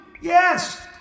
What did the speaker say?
yes